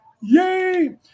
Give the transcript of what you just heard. Yay